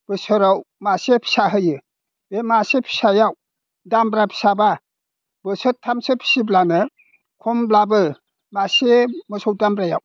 बोसोराव मासे फिसा होयो बे मासे फिसायाव दामब्रा फिसाब्ला बोसोरथामसो फिसिब्लानो खमब्लाबो मासे मोसौ दामब्रायाव